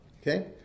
Okay